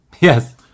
Yes